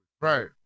Right